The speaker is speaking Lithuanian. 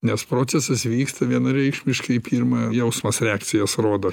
nes procesas vyksta vienareikšmiškai pirma jausmas reakcijas rodo